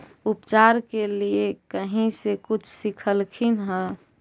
उपचार के लीये कहीं से कुछ सिखलखिन हा?